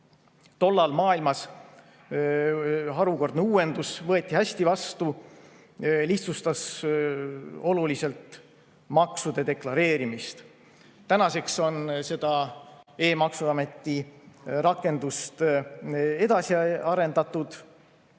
Tol ajal maailmas harukordne uuendus võeti hästi vastu, see lihtsustas oluliselt maksude deklareerimist. Tänaseks on e‑maksuameti rakendust edasi arendatud,